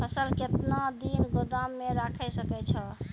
फसल केतना दिन गोदाम मे राखै सकै छौ?